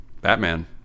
Batman